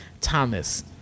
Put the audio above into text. Thomas